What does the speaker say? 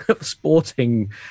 Sporting